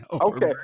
Okay